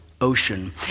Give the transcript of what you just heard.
ocean